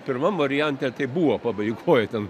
pirmam variante tai buvo pabaigoj ten